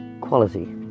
quality